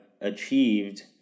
Achieved